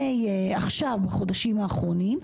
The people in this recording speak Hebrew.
עכשיו, בחודשים האחרונים.